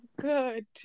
good